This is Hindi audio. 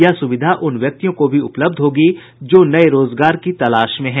यह सुविधा उन व्यक्तियों को भी उपलब्ध होगी जो नए रोजगार की तलाश में हैं